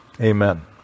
Amen